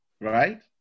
Right